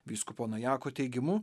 vyskupo najako teigimu